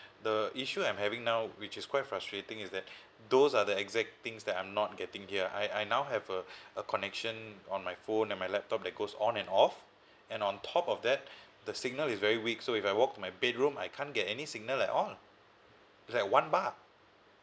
the issue I'm having now which is quite frustrating is that those are the exact things that I'm not getting here I I now have a a connection on my phone and my laptop that goes on and off and on top of that the signal is very weak so if I walk to my bedroom I can't get any signal at all lah is like one bar